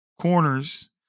corners